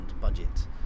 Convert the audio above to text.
budget